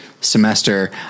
semester